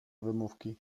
wymówki